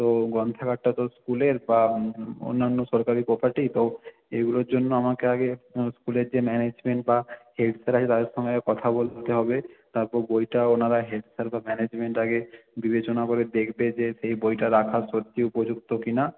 তো গ্রন্থাগারটা তো স্কুলের বা অন্যান্য সরকারি প্রপার্টি তো এগুলোর জন্য আমাকে আগে স্কুলের যে ম্যানেজমেন্ট বা হেড স্যার আছে তাদের সঙ্গে আগে কথা বলতে হবে তারপর বইটা ওনারা হেড স্যার বা ম্যানেজমেন্ট আগে বিবেচনা করে দেখবে যে সেই বইটা রাখার সত্যি উপযুক্ত কি না